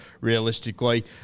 realistically